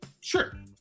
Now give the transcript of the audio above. Sure